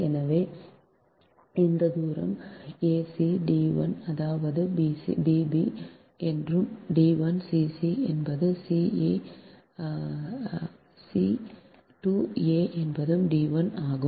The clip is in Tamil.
எனவே இந்த தூரம் ac d1 அதாவது bb என்பது d1 cc என்பது c a c to a என்பது d1 ஆகும்